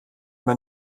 man